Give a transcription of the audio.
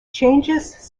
changes